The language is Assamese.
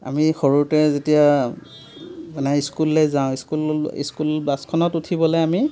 আমি সৰুতে যেতিয়া মানে স্কুললে যাওঁ স্কুল স্কুলবাছখনত উঠিবলৈ আমি